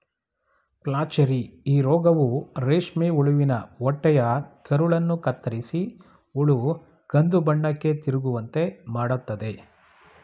flacherie ಈ ರೋಗವು ರೇಷ್ಮೆ ಹುಳುವಿನ ಹೊಟ್ಟೆಯ ಕರುಳನ್ನು ಕತ್ತರಿಸಿ ಹುಳು ಕಂದುಬಣ್ಣಕ್ಕೆ ತಿರುಗುವಂತೆ ಮಾಡತ್ತದೆ